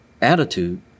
attitude